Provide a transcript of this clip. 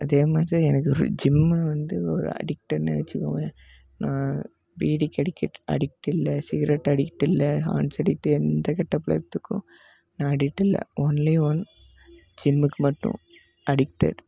அதேமாதிரி எனக்கு ஜிம்மு வந்து ஒரு அடிக்ட்டட்னே வச்சுக்கோங்க நான் பீடிக்கு அடிகட் அடிக்ட் இல்லை சிகரெட் அடிக்ட் இல்லை ஹான்ஸ் அடிக்ட்டு எந்த கெட்டப் பழக்கத்துக்கும் நான் அடிக்ட் இல்லை ஒன்லி ஒன் ஜிம்முக்கு மட்டும் அடிக்டட்